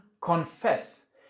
confess